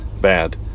bad